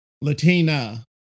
Latina